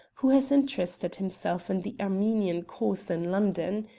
who has interested himself in the armenian cause in london.